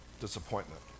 disappointment